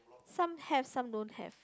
some have some don't have